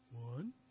One